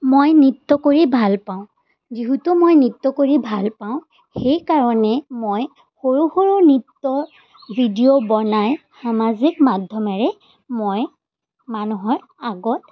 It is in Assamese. মই নৃত্য কৰি ভাল পাওঁ যিহেতু মই নৃত্য কৰি ভাল পাওঁ সেইকাৰণে মই সৰু সৰু নৃত্য ভিডিঅ' বনাই সামাজিক মাধ্যমেৰে মই মানুহৰ আগত